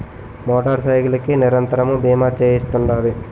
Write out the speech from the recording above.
motor cycle కి నిరంతరము బీమా చేయిస్తుండాలి